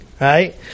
right